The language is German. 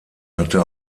hatte